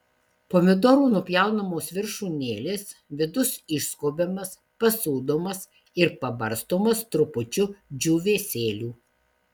pomidorų nupjaunamos viršūnėlės vidus išskobiamas pasūdomas ir pabarstomas trupučiu džiūvėsėlių